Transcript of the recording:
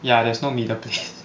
ya there's no middle place